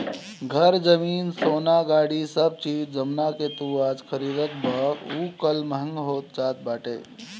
घर, जमीन, सोना, गाड़ी सब चीज जवना के तू आज खरीदबअ उ कल महंग होई जात बाटे